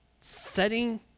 setting